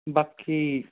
ਬਾਕੀ